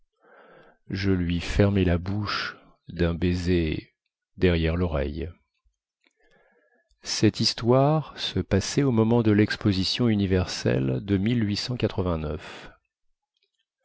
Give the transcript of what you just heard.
je lui fermai la bouche dun baiser derrière loreille cette histoire se passait au moment de lexposition universelle de